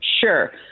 Sure